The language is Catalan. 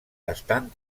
estan